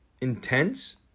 intense